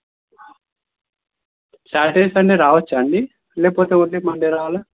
Saturday Sunday రావచ్చా అండి లేకపోతే ఓన్లీ మండే రావాల